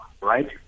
right